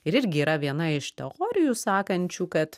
ir irgi yra viena iš teorijų sakančių kad